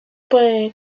puede